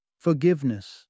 Forgiveness